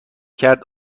کرد